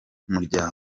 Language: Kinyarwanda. umuryango